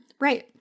Right